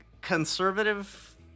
conservative